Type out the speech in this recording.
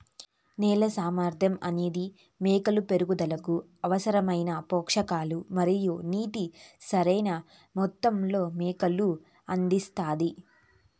నేల సామర్థ్యం అనేది మొక్కల పెరుగుదలకు అవసరమైన పోషకాలు మరియు నీటిని సరైణ మొత్తంలో మొక్కకు అందిస్తాది